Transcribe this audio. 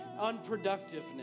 unproductiveness